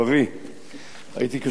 הייתי קשור למדיה,